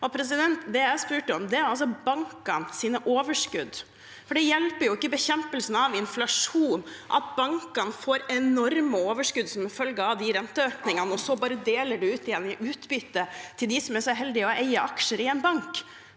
husholdninger. Det jeg spurte om, var bankenes overskudd. Det hjelper ikke bekjempelsen av inflasjon at bankene får enorme overskudd som følge av de renteøkningene, og så bare deler det ut i utbytte til dem som er så heldige å eie aksjer i en bank.